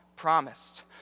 promised